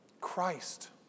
Christ